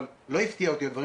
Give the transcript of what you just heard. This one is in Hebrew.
ולא הפתיעו אות הדברים,